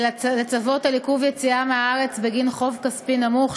לצוות על עיכוב יציאה מהארץ בגין חוב כספי נמוך),